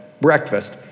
Breakfast